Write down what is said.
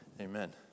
Amen